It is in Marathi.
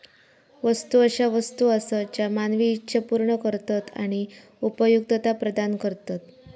वस्तू अशा वस्तू आसत ज्या मानवी इच्छा पूर्ण करतत आणि उपयुक्तता प्रदान करतत